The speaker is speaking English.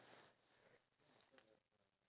right remember